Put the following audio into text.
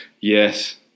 Yes